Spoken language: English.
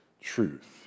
truth